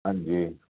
ਹਾਂਜੀ